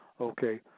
okay